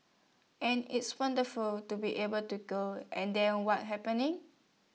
and it's wonderful to be able to go and then what happening